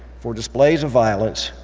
for displays of violence,